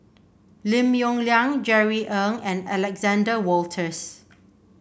Lim Yong Liang Jerry Ng and Alexander Wolters